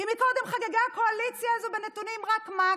כי קודם חגגה הקואליציה הזו בנתונים, רק מה?